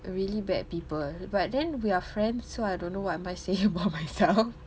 really bad people but then we are friends so I don't know what am I saying about myself